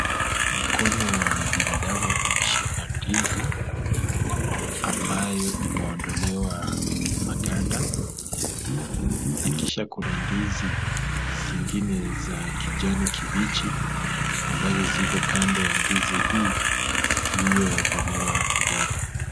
Mkono wa binadamu umeshika ndizi ambayo imeondolewa maganda na kisha kuna ndizi zingine za kijani kibichi ambazo ziko kando ya ndizi hii iliyo ondolewa maganda